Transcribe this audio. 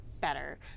better